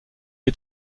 est